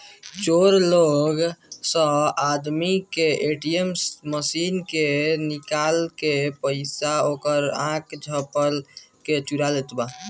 चोर लोग स आदमी के ए.टी.एम मशीन के नकल बना के ओकर पइसा आख झपकते चुरा लेत बा